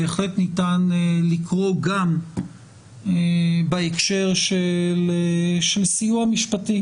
בהחלט ניתן לקרוא גם בהקשר של סיוע משפטי